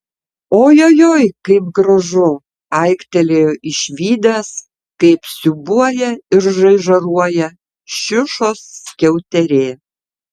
ojojoi kaip gražu aiktelėjo išvydęs kaip siūbuoja ir žaižaruoja šiušos skiauterė